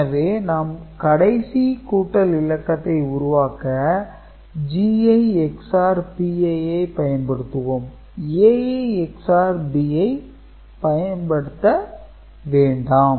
எனவே நாம் கடைசி கூட்டல் இலக்கத்தை உருவாக்க Gi XOR Pi ஐ பயன்படுத்துவோம் Ai XOR Bi ஐ பயன்படுத்த வேண்டாம்